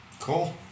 Cool